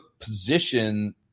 position